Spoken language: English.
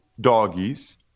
doggies